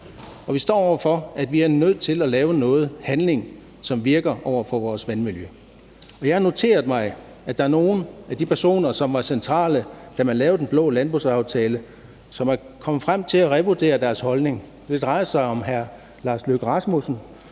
og vi står over for, at vi er nødt til at lave noget handling, som virker, over for vores vandmiljø. Jeg har noteret mig, at der er nogle af de personer, som var centrale, da man lavede den blå landbrugsaftale, som er kommet frem til at revurdere deres holdning. Det drejer sig om hr. Lars Løkke Rasmussen,